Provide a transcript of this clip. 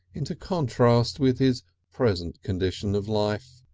into contrast with his present condition of life.